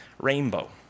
Rainbow